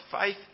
faith